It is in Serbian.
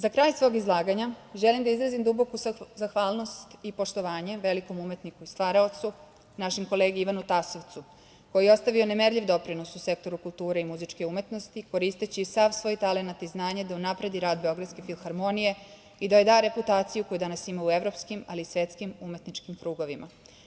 Za kraj svog izlaganja želim da izrazim duboku zahvalnost i poštovanje velikom umetniku i stvaraocu, našem kolegi Ivanu Tasovcu koji je ostavio nemerljiv doprinos u sektoru kulture i muzičke umetnosti koristeći sav svoj talenat i znanje da unapredi rad Beogradske filharmonije i da joj da reputaciju koju danas imamo u evropskim, ali i u svetskim umetničkim krugovima.